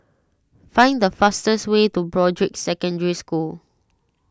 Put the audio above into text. find the fastest way to Broadrick Secondary School